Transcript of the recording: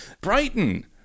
Brighton